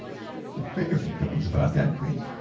make a few comments about that, please?